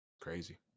crazy